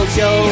yo